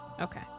Okay